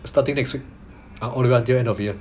starting next week ah all the way until end of year